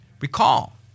Recall